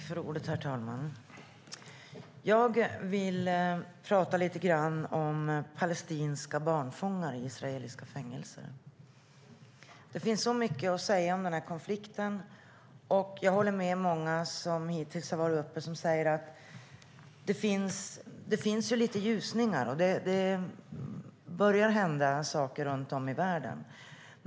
Herr talman! Jag vill tala lite grann om palestinska barnfångar i israeliska fängelser. Det finns så mycket att säga om den här konflikten, och jag håller med många av dem som hittills har talat som säger att det finns ljusningar. Det börjar hända saker runt om i världen.